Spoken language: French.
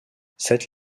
cette